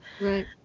Right